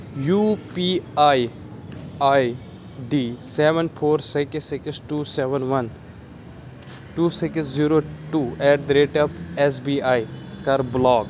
U P I I D seven four six six two seven one two six zero two eight the rate of S B I کَر block